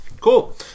cool